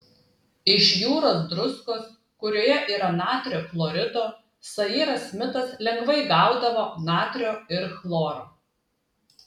iš jūros druskos kurioje yra natrio chlorido sairas smitas lengvai gaudavo natrio ir chloro